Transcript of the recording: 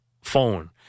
phone